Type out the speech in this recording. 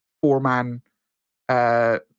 four-man